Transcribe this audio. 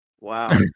wow